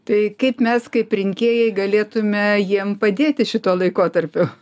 tai kaip mes kaip rinkėjai galėtume jiem padėti šituo laikotarpiu